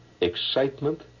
excitement